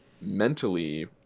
mentally